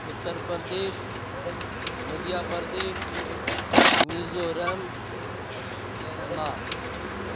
Uttar Pradesh Madhya Pradesh Mizoram Kerala